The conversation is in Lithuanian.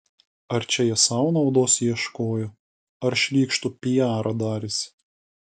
ar čia jie sau naudos ieškojo ar šlykštų piarą darėsi